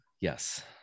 Yes